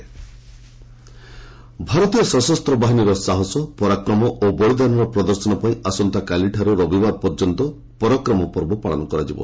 ପରାକ୍ରମ ପର୍ବ ଭାରତୀୟ ସଶସ୍ତ ବାହିନୀର ସାହସ ପରାକ୍ରମ ଓ ବଳୀଦାନର ପ୍ରଦର୍ଶନ ପାଇଁ ଆସନ୍ତାକାଲିଠାରୁ ରବିବାର ପର୍ଯ୍ୟନ୍ତ ପରାକ୍ରମ ପର୍ବ ପାଳନ କରାଯିବ